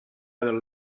other